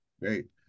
Great